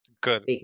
Good